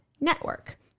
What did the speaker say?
Network